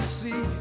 see